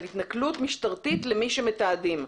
על התנהלות משטרתית למתעדים.